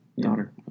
daughter